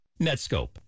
Netscope